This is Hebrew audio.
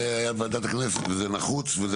זה היה בוועדת הכנסת וזה נחוץ וזה